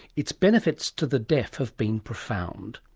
its benefits to the deaf have been profound.